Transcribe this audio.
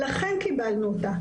לכן קיבלנו אותה'.